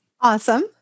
Awesome